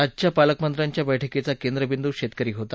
आजच्या पालकमंत्र्यांच्या बस्कीचा केंद्रबिंदू शेतकरी होता